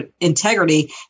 integrity